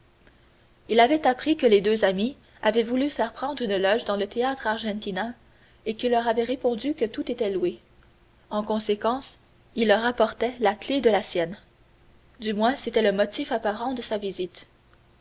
il avait appris que les deux amis avaient voulu faire prendre une loge dans le théâtre argentina et qu'il leur avait répondu que tout était loué en conséquence il leur apportait la clef de la sienne du moins c'était le motif apparent de sa visite